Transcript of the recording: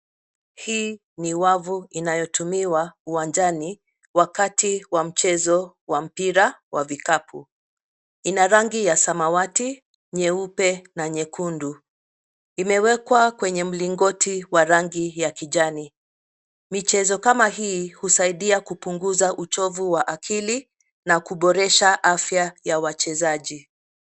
Hii ni wavu inayotumiwa uwanjani wakati wa mchezo wa mpira wa vikapu. Ina rangi ya samawati, nyeupe na nyekundu. Imewekwa kwenye mlingoti wa rangi ya kijani. Michezo kama hii husaidia kupunguza uchovu wa akili na kuboresha afya ya wachezaji